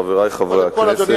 חברי חברי הכנסת,